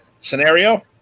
scenario